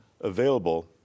available